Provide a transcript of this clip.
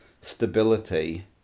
stability